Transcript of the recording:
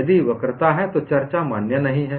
यदि वक्रता है तो चर्चा मान्य नहीं है